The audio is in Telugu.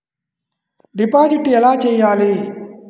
డిపాజిట్ ఎలా చెయ్యాలి?